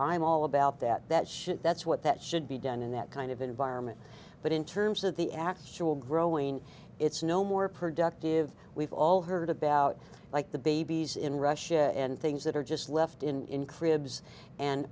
i'm all about that that shit that's what that should be done in that kind of environment but in terms of the actual i'm growing it's no more productive we've all heard about like the babies in russia and things that are just left in cribs and